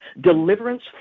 deliverance